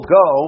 go